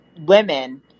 women